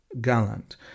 Gallant